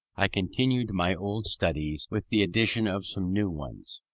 i continued my old studies, with the addition of some new ones.